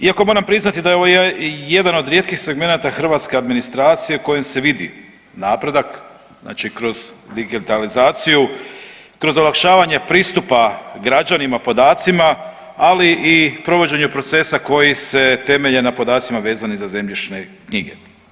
Iako moram priznati da je ovo jedan od rijetkih segmenata hrvatske administracije u kojem se vidi napredak, znači kroz digitalizaciju, kroz olakšavanje pristupa građanima podacima, ali i provođenja procesa koji se temelje na podacima vezanim za zemljišne knjige.